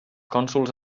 cònsols